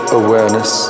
awareness